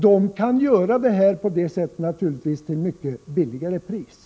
De kan naturligtvis göra detta arbete till ett mycket lägre pris.